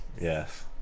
Yes